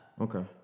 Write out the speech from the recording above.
Okay